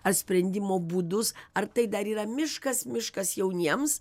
ar sprendimo būdus ar tai dar yra miškas miškas jauniems